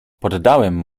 poddałem